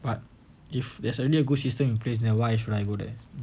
but if there's already a good system in place there why should I go there